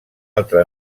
altra